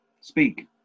Speak